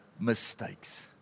mistakes